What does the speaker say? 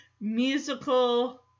musical